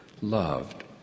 loved